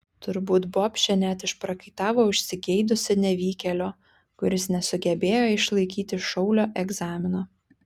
turbūt bobšė net išprakaitavo užsigeidusi nevykėlio kuris nesugebėjo išlaikyti šaulio egzamino